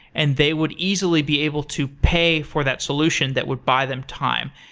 and they would easily be able to pay for that solution that would buy them time.